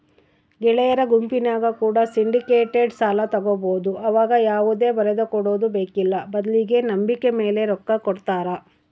ಗೆಳೆಯರ ಗುಂಪಿನ್ಯಾಗ ಕೂಡ ಸಿಂಡಿಕೇಟೆಡ್ ಸಾಲ ತಗಬೊದು ಆವಗ ಯಾವುದೇ ಬರದಕೊಡದು ಬೇಕ್ಕಿಲ್ಲ ಬದ್ಲಿಗೆ ನಂಬಿಕೆಮೇಲೆ ರೊಕ್ಕ ಕೊಡುತ್ತಾರ